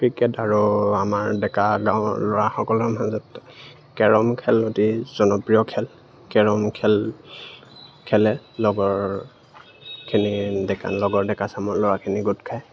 cricket আৰু আমাৰ ডেকা গাঁৱৰ ল'ৰাসকলৰ মাজত কেৰম খেল অতি জনপ্ৰিয় খেল কেৰম খেল খেলে লগৰখিনি ডেকা লগৰ ডেকা চামৰ ল'ৰাখিনি গোট খায়